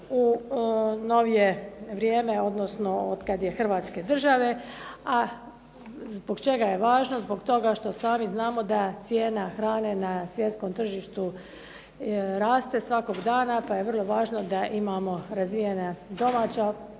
u novije vrijeme, odnosno od kada je Hrvatske države. A zbog čega je važno? Zbog toga što sami znamo da cijena hrane na svjetskom tržištu raste svakog dana, pa je vrlo važno da imamo razvijena domaća